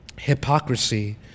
hypocrisy